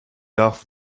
darf